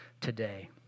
today